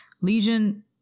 lesion